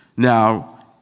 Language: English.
Now